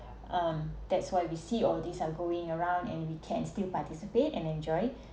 um that's why we see all of these are going around and we can still participate and enjoy